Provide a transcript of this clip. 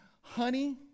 honey